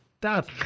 Dad